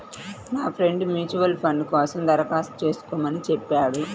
నా friend mutual fund కోసం దరఖాస్తు చేస్కోమని చెప్పాడు